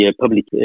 public